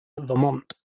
vermont